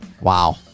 Wow